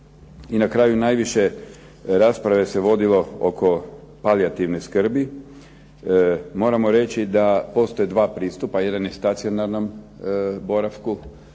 I na kraju najviše rasprave se vodilo oko palijativne skrbi. Moramo reći da postoje 2 pristupa. Jedan je stacionarnom boravku